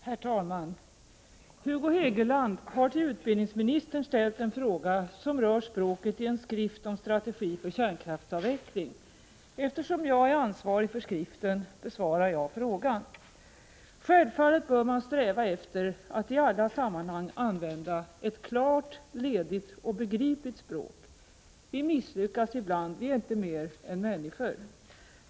Herr talman! Hugo Hegeland har till utbildningsministern ställt en fråga som rör språket i en skrift om strategi för kärnkraftsavveckling. Eftersom jag är anvarig för skriften besvarar jag frågan. Självfallet bör man sträva efter att i alla sammanhang använda ett klart, ledigt och begripligt språk. Vi misslyckas ibland — vi är inte mer än människor.